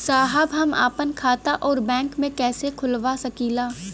साहब हम आपन खाता राउर बैंक में कैसे खोलवा सकीला?